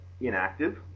inactive